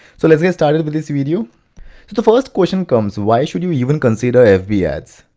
so let's get started with this video. so the first question comes, why should you even consider fb yeah ads,